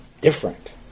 different